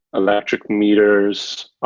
electric meters,